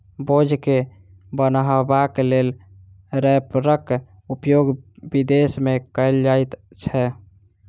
बोझ के बन्हबाक लेल रैपरक उपयोग विदेश मे कयल जाइत छै